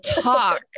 talk